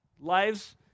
Lives